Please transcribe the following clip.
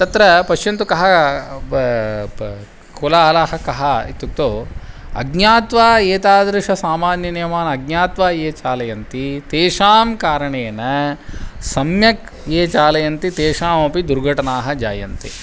तत्र पश्यन्तु कः कोलाहलः कः इत्युक्तौ अज्ञात्वा एतादृशं सामान्यं नियमानं ज्ञात्वा ये चालयन्ति तेषां कारणेन सम्यक् ये चालयन्ति तेषामपि दुर्घटनाः जायन्ते